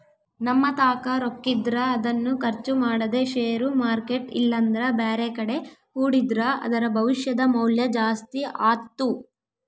ನಮ್ಮತಾಕ ರೊಕ್ಕಿದ್ರ ಅದನ್ನು ಖರ್ಚು ಮಾಡದೆ ಷೇರು ಮಾರ್ಕೆಟ್ ಇಲ್ಲಂದ್ರ ಬ್ಯಾರೆಕಡೆ ಹೂಡಿದ್ರ ಅದರ ಭವಿಷ್ಯದ ಮೌಲ್ಯ ಜಾಸ್ತಿ ಆತ್ತು